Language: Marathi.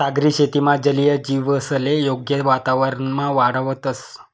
सागरी शेतीमा जलीय जीवसले योग्य वातावरणमा वाढावतंस